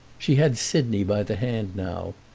she had sidney by the hand now,